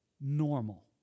normal